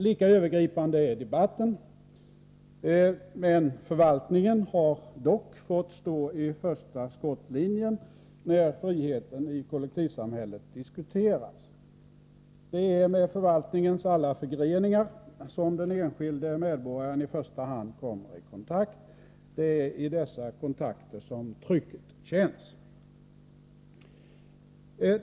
Lika övergripande är debatten. Förvaltningen har dock fått stå i första skottlinjen när friheten i kollektivsamhället diskuteras. Det är med förvaltningens alla förgreningar som den enskilde medborgaren i första hand kommer i kontakt. Det är i dessa kontakter som trycket känns.